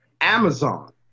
Amazon